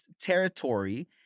territory